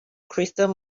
crystal